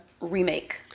remake